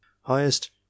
Highest